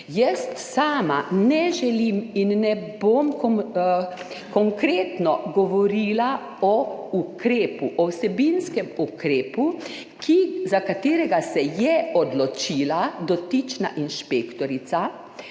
Sama ne želim in ne bom konkretno govorila o ukrepu, o vsebinskem ukrepu, za katerega se je odločila dotična inšpektorica,